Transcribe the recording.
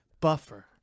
Buffer